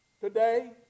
Today